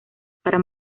para